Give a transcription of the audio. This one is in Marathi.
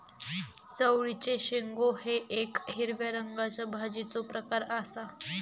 चवळीचे शेंगो हे येक हिरव्या रंगाच्या भाजीचो प्रकार आसा